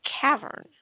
cavern